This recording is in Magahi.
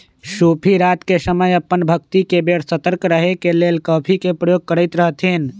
सूफी रात के समय अप्पन भक्ति के बेर सतर्क रहे के लेल कॉफ़ी के प्रयोग करैत रहथिन्ह